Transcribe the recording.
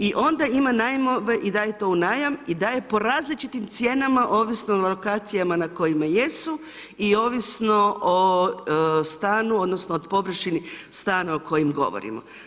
I onda ima najmove i daje to u najam i daje po različitim cijenama ovisno o lokacijama na kojima jesu i ovisno o stanu, odnosno o površini stana o kojem govorimo.